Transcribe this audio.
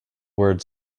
word